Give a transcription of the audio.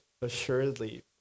assuredly